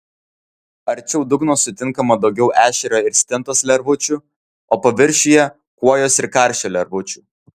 arčiau dugno sutinkama daugiau ešerio ir stintos lervučių o paviršiuje kuojos ir karšio lervučių